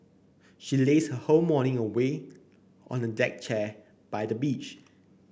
she lazed her whole morning away on a deck chair by the beach